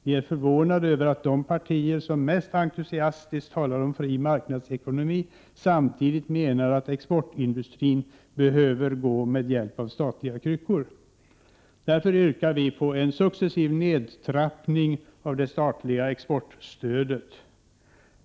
Vi är förvånade över att de partier som mest entusiastiskt talar om fri marknadsekonomi samtidigt menar att exportindustrin behöver gå med hjälp av statliga kryckor. Därför yrkar vi på en successiv nedtrappning av det statliga exportstödet.